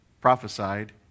prophesied